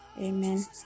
Amen